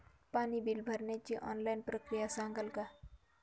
पाणी बिल भरण्याची ऑनलाईन प्रक्रिया सांगाल का?